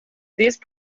these